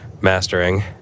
mastering